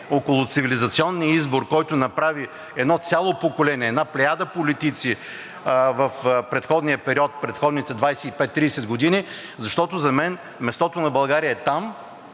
около цивилизационния избор, което направи едно цяло поколение, една плеяда политици в предходния период, в предходните 25 – 30 години, защото за мен мястото на България е там,